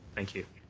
thank you.